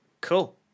Cool